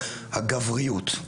הגבריות,